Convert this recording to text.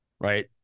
right